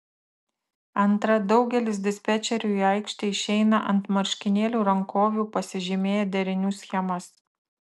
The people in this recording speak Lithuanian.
antra daugelis dispečerių į aikštę išeina ant marškinėlių rankovių pasižymėję derinių schemas